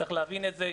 צריך להבין את זה,